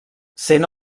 sent